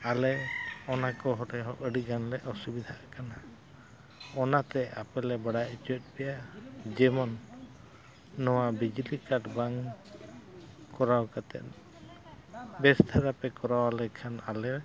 ᱟᱞᱮ ᱚᱱᱟ ᱠᱚᱛᱮᱦᱚᱸ ᱟᱹᱰᱤ ᱜᱟᱱᱞᱮ ᱚᱥᱩᱵᱤᱫᱷᱟᱜ ᱠᱟᱱᱟ ᱚᱱᱟᱛᱮ ᱟᱯᱮᱞᱮ ᱵᱟᱲᱟᱭ ᱦᱚᱪᱚᱭᱮᱫ ᱯᱮᱭᱟ ᱡᱮᱢᱚᱱ ᱱᱚᱣᱟ ᱵᱤᱡᱽᱞᱤ ᱠᱟᱴ ᱵᱟᱝ ᱠᱚᱨᱟᱣ ᱠᱟᱛᱮᱫ ᱵᱮᱥ ᱫᱷᱟᱨᱟᱯᱮ ᱠᱚᱨᱟᱣ ᱟᱞᱮᱠᱷᱟᱱ ᱟᱞᱮ